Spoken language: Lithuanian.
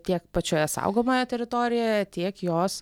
tiek pačioje saugomoje teritorijoje tiek jos